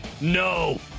No